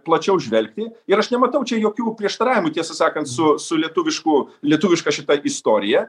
plačiau žvelgti ir aš nematau čia jokių prieštaravimų tiesą sakant su su lietuvišku lietuviška šita istorija